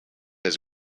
his